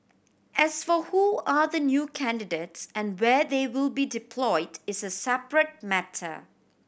as for who are the new candidates and where they will be deployed is a separate matter